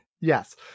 Yes